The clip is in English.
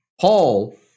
Paul